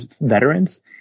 veterans